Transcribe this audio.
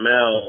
Mel